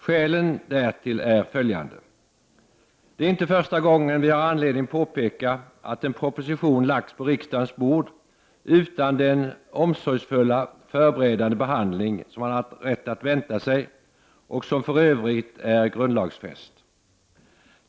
Skälen därtill är följande: Det är inte första gången vi har anledning att påpeka att en proposition lagts på riksdagens bord utan den omsorgsfulla förberedande behandling som man har rätt att vänta sig och som för övrigt är grundlagsfäst.